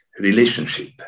Relationship